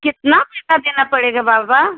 कितना पैसा देना पड़ेगा बाबा